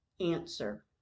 Answer